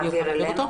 אני אעביר את התמחור